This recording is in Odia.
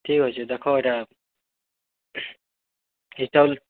ଠିକ୍ ଅଛେ ଦେଖ ଇ'ଟା ଇ ଚାଉଲ୍